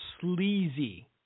sleazy